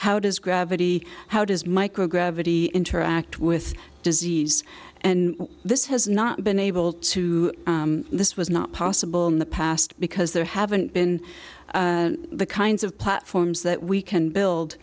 how does gravity how does microgravity interact with disease and this has not been able to this was not possible in the past because there haven't been the kinds of platforms that we can